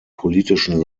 politischen